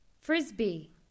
Frisbee